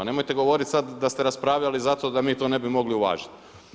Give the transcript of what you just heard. Nemojte govoriti sada, da ste raspravljati zato da mi to ne bi mogli uvažiti.